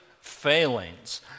failings